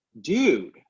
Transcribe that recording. dude